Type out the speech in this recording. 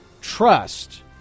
trust